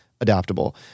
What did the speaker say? adaptable